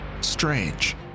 strange